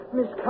Miss